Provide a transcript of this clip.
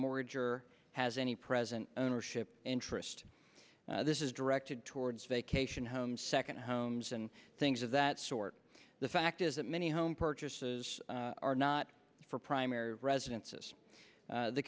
mortgage or has any present ownership interest this is directed towards vacation homes second homes and things of that sort the fact is that many home purchases are not for primary residence